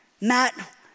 Matt